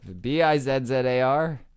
B-I-Z-Z-A-R